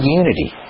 unity